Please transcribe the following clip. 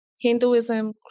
Hinduism